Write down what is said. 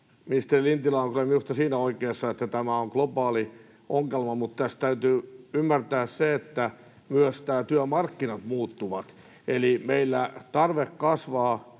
Ministeri Lintilä on kyllä minusta siinä oikeassa, että tämä on globaali ongelma, mutta tässä täytyy ymmärtää se, että myös nämä työmarkkinat muuttuvat, eli meillä tarve kasvaa